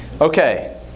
okay